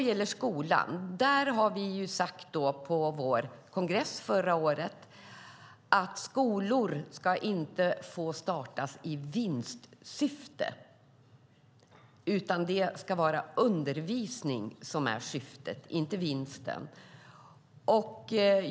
När det gäller skolan sade vi på vår kongress förra året att skolor inte ska få startas i vinstsyfte. Det ska vara undervisning som är syftet, inte vinsten.